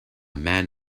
man